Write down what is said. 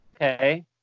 Okay